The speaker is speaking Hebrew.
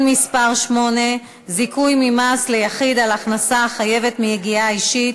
מס' 8) (זיכוי ממס ליחיד על הכנסה חייבת מיגיעה אישית),